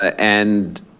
and